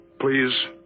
Please